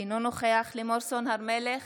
אינו נוכח לימור סון הר מלך,